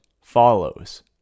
follows